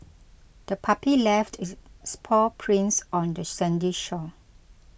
the puppy left its spoil prints on the sandy shore